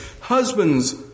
Husbands